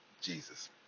Jesus